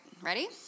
Ready